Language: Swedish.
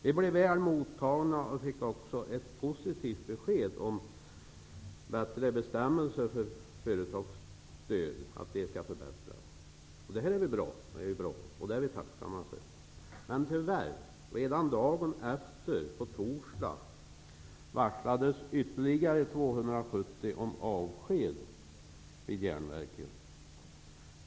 Vi blev väl mottagna och fick också ett positivt besked om att bestämmelserna för företagsstöd skall förbättras. Det är bra, och det är vi tacksamma för. Tyvärr varslades redan dagen efter, på torsdag, ytterligare 270 om avsked vid Hagfors Järnverk.